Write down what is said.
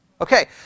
Okay